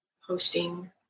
hosting